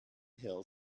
hill